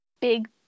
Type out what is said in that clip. big